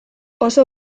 oso